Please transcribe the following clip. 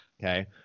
Okay